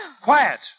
Quiet